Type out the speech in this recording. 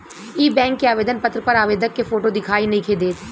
इ बैक के आवेदन पत्र पर आवेदक के फोटो दिखाई नइखे देत